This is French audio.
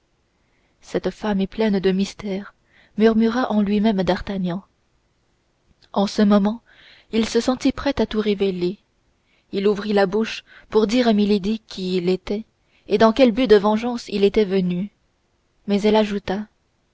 cette femme est pleine de mystères murmura en lui-même d'artagnan en ce moment il se sentit prêt à tout révéler il ouvrit la bouche pour dire à milady qui il était et dans quel but de vengeance il était venu mais elle ajouta